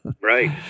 right